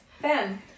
Ben